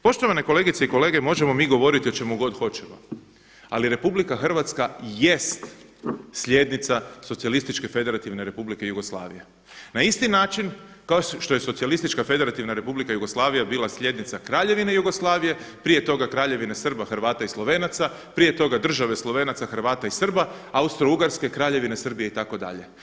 Poštovane kolegice i kolege, možemo mi govoriti o čemu god hoćemo, ali Republika Hrvatska jeste slijednica Socijalističke Federativne Republike Jugoslavije, na isti način kao što je Socijalistička Federativna Republika Jugoslavija bila slijednica Kraljevine Jugoslavije, prije toga Kraljevine Srba, Hrvata i Slovenaca, prije toga Države Slovenaca, Hrvata i Srba, Austro-Ugarske, Kraljevine Srbije itd.